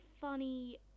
funny